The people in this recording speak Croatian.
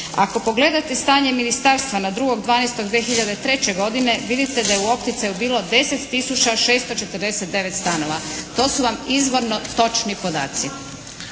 Ako pogledate stanje Ministarstva na 2.12.2003. godine vidite da je u opticaju bilo 10 tisuća 649 stanova. To su vam izvorno točni podaci.